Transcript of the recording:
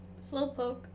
Slowpoke